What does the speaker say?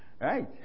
right